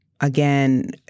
again